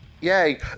yay